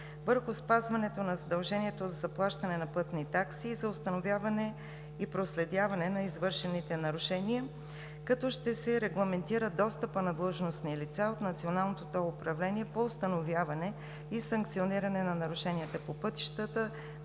върху спазването на задължението за заплащане на пътни такси и за установяване и проследяване на извършените нарушения, като ще се регламентира достъпът на длъжностните лица от Националното тол управление по установяване и санкциониране на нарушенията по пътищата